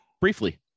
briefly